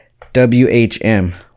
WHM